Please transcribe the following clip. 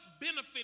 benefit